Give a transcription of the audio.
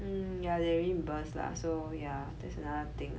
um yeah they reimburse lah so ya that's another thing